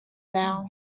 now